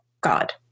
God